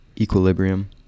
equilibrium